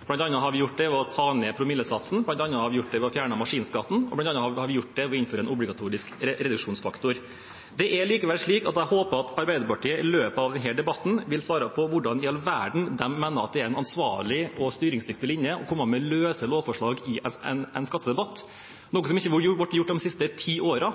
Vi har bl.a. gjort det ved å ta ned promillesatsen, vi har gjort det ved å fjerne maskinskatten, og vi har gjort det ved å innføre en obligatorisk reduksjonsfaktor. Jeg håper likevel at Arbeiderpartiet i løpet av denne debatten vil svare på hvordan i all verden de mener at det er en ansvarlig og styringsdyktig linje å komme med løse lovforslag i en skattedebatt, noe som ikke har vært gjort de siste ti årene,